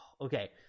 okay